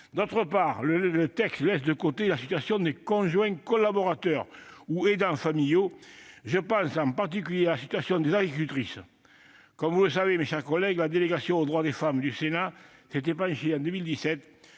Ensuite, le texte laisse de côté la situation des conjoints collaborateurs ou aidants familiaux- je pense en particulier à la situation des agricultrices. Comme vous le savez, mes chers collègues, la délégation aux droits des femmes du Sénat s'est penchée en 2017